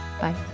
Bye